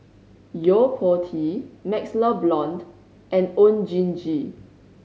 Yo Po Tee MaxLe Blond and Oon Jin Gee